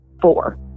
four